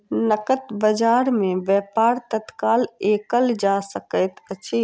नकद बजार में व्यापार तत्काल कएल जा सकैत अछि